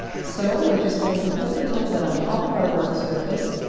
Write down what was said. so we're just going to put the template on top of our work surface